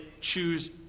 choose